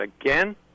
again